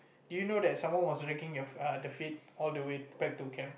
do you know that someone was dragging their ah the feet all the way back to camp